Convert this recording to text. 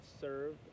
served